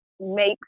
makes